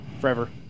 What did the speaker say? Forever